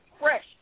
fresh